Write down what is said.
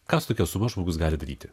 ką su tokia suma žmogus gali daryti